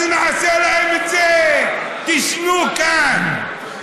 אז נעשה להם את זה, תישנו כאן.